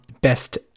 best